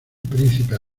príncipe